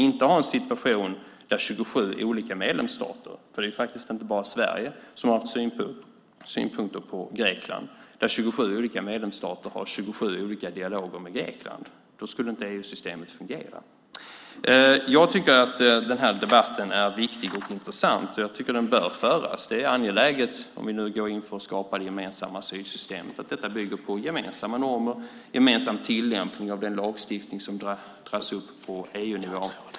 Det är faktiskt inte bara Sverige som har haft synpunkter på Grekland. Vi kan inte ha en situation där 27 olika medlemsstater har 27 olika dialoger med Grekland. Då skulle inte EU-systemet fungera. Den här debatten är viktig och intressant och bör föras. Det är angeläget om vi nu går in för att skapa det gemensamma asylsystemet att detta bygger på gemensamma normer och gemensam tillämpning av den lagstiftning som dras upp på EU-nivå.